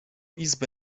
izby